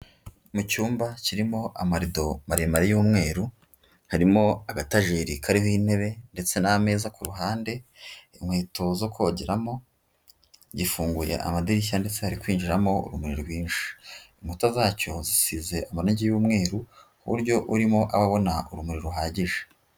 Mu cyumba kirimo amarido maremare y'umweru, harimo agatajeri kariho intebe, ndetse n'ameza ku ruhande, inkweto zo kogeramo, gifunguye amadirishya ndetse hari kwinjiramo urumuri rwinshi. Inkuta zacyo zisize amarange y'umweru, ku buryo urimo aba abona, urumuri ruhagije.